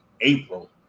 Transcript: April